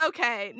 Okay